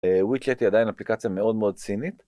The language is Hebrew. ווי צ'אט עדיין אפליקציה מאוד מאוד סינית